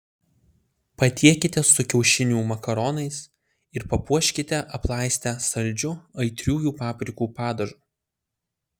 patiekite su kiaušinių makaronais ir papuoškite aplaistę saldžiu aitriųjų paprikų padažu